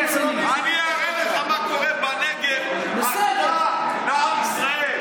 אני אראה לך מה קורה בנגב, אתה ועם ישראל.